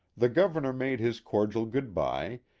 the governor made his cordial good-by,